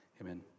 amen